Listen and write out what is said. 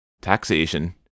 Taxation